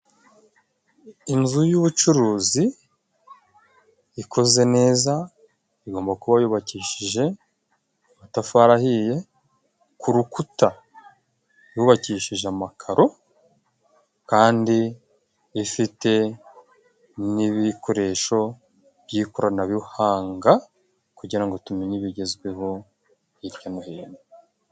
Inzu y'ubucuruzi ikoze neza igomba kuba yubakishije amatafari ahiye, ku rukuta yubakishije amakaro kandi ifite n'ibikoresho by'ikoranabuhanga kugira ngo tumenye ibigezweho hirya no hino.